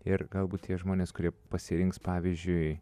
ir galbūt tie žmonės kurie pasirinks pavyzdžiui